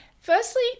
firstly